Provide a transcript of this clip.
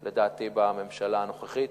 לדעתי, בממשלה הנוכחית.